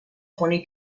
twenty